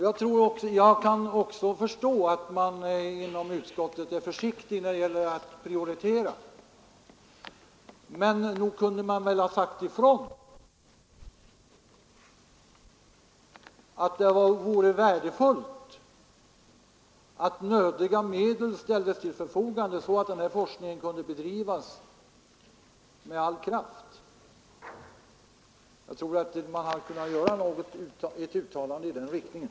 Jag kan förstå att man inom utskottet är försiktig när det gäller att prioritera, men nog kunde man väl sagt ifrån, att det vore värdefullt att nödiga medel ställdes till förfogande så att den här forskningen kunde bedrivas med all kraft. Jag tror att man hade kunnat göra ett uttalande i den riktningen.